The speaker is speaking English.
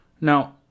Now